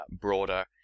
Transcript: broader